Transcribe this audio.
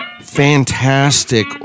fantastic